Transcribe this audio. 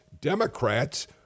Democrats